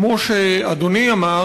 כמו שאדוני אמר,